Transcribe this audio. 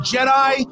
Jedi